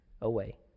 away